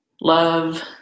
love